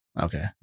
Okay